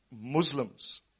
Muslims